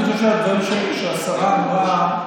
אני חושב שהדברים שהשרה אמרה,